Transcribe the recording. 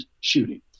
shooting